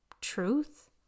truth